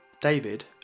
David